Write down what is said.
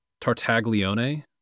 tartaglione